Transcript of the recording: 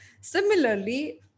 Similarly